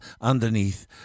underneath